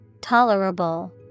Tolerable